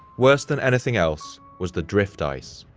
worse than anything else was the drift ice.